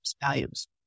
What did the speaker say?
values